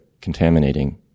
contaminating